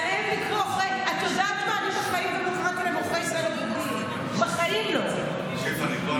את יודעת מה, אני בחיים לא קראתי